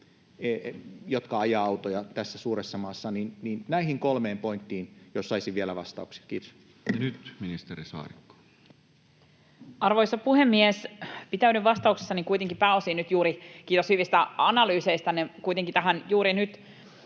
jotka ajavat autoja tässä suuressa maassa. Näihin kolmeen pointtiin jos saisin vielä vastauksia. — Kiitos. Ja nyt ministeri Saarikko. Arvoisa puhemies! Pitäydyn vastauksessani — kiitos hyvistä analyyseistänne — kuitenkin pääosin